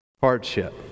Hardship